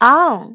on